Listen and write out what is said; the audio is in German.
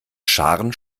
scharen